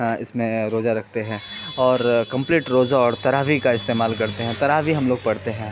اس میں روزہ رکھتے ہیں اور کمپلیٹ روزہ اور تراویح کا استعمال کرتے ہیں تراویح ہم لوگ پڑھتے ہیں